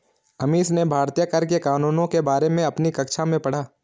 अमीश ने भारतीय कर के कानूनों के बारे में अपनी कक्षा में पढ़ा